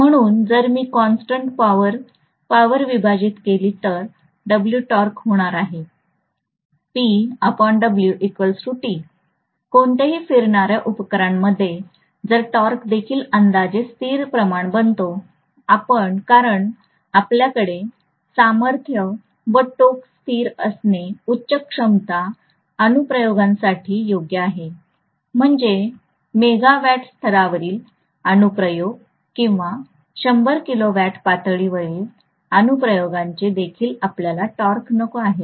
म्हणून जर मी कॉन्स्टन्ट पॉवर पॉवर विभाजित केली तर टॉर्क होणार आहे कोणत्याही फिरणार्या उपकरणमध्ये तर टॉर्क देखील अंदाजे स्थिर प्रमाण बनतो कारण आपल्याकडे सामर्थ्य व टोक़ स्थिर असणे उच्च क्षमता अनुप्रयोगांसाठी योग्य आहे म्हणजे मेगावॅट स्तरावरील अनुप्रयोग किंवा 100 किलोवॅट पातळीवरील अनुप्रयोगांचे देखील आपल्याला टॉर्क नको आहे